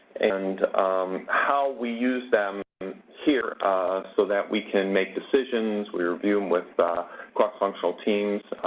and how we use them here so that we can make decisions. we review them with cross-functional teams,